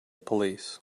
police